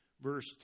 verse